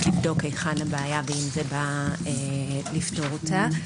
לבדוק היכן הבעיה ואם זה בא לפתור אותה.